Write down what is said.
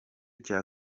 cya